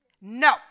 No